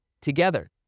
together